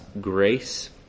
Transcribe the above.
grace